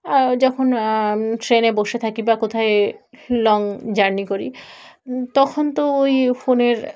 যখন ট্রেনে বসে থাকি বা কোথায় লং জার্নি করি তখন তো ওই ফোনের